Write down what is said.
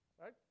right